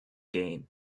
game